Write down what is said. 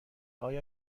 آیا